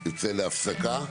נצא להפסקה.